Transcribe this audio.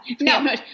No